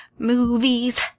movies